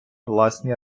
власні